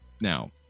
now